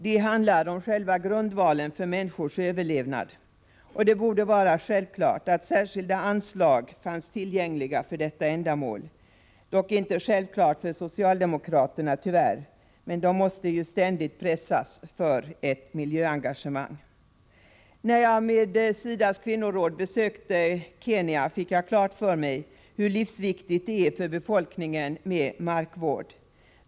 Det handlar om själva grundvalen för människors överlevnad. Det borde vara självklart med särskilda anslag för ändamålet. Tyvärr är det inte självklart för socialdemokraterna, som ständigt måste pressas när det gäller miljöengagemanget. När jag tillsammans med SIDA:s kvinnoråd besökte Kenya fick jag klart för mig hur livsviktig markvården är för befolkningen.